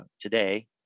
today